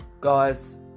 guys